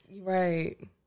Right